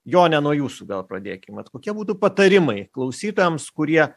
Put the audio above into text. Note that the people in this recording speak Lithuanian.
jone nuo jūsų gal pradėkim vat kokie būtų patarimai klausytojams kurie